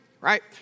right